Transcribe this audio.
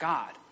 God